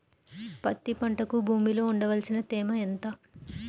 పత్తి పంటకు భూమిలో ఉండవలసిన తేమ ఎంత?